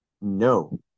No